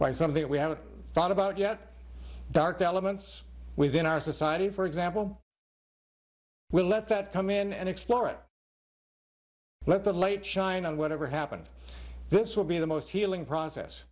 by something we haven't thought about yet dark elements within our society for example we'll let that come in and explore it let the light shine on whatever happened this will be the most healing process